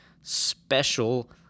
special